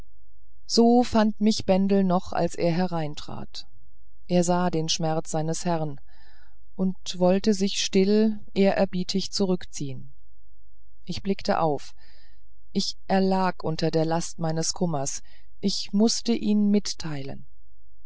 so fand mich noch bendel als er herein trat er sah den schmerz seines herrn und wollte sich still ehrerbietig zurückziehen ich blickte auf ich erlag unter der last meines kummers ich mußte ihn mitteilen